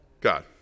God